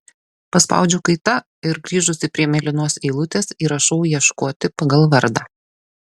paspaudžiu kaita ir grįžusi prie mėlynos eilutės įrašau ieškoti pagal vardą